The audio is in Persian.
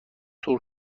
سرخ